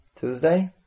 Tuesday